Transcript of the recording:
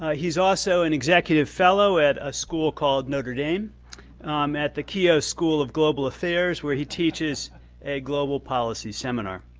ah he's also an executive fellow at a school called notre dame um at the keough school of global affairs where he teaches a global policy seminar.